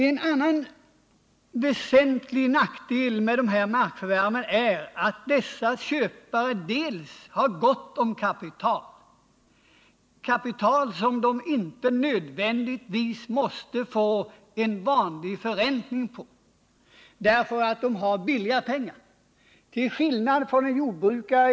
En annan väsentlig nackdel med de här markförvärven är att köparna har gott om kapital, kapital som de inte nödvändigtvis måste få vanlig förräntning på därför att de har billiga pengar — till skillnad från jordbrukare.